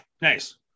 Nice